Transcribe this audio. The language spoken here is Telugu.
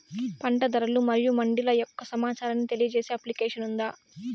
పంట ధరలు మరియు మండీల యొక్క సమాచారాన్ని తెలియజేసే అప్లికేషన్ ఉందా?